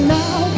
now